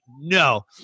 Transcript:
no